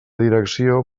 direcció